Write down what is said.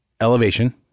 Elevation